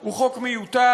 הוא חוק מיותר.